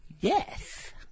yes